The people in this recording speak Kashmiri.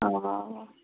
اوا